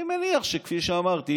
אני מניח שכפי שאמרתי,